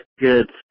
good